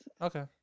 Okay